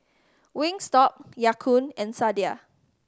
Wingstop Ya Kun and Sadia